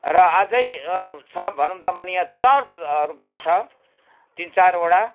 र अझै छ भनौँ त भने चर्चहरू पनि छ तिनचारवटा